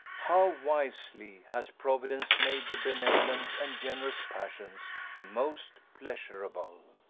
how wisely has providence made the benevolent and generous passions the most pleasurable!